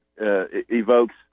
evokes